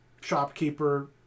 shopkeeper